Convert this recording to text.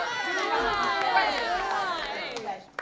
to take on this incredible responsibility, that,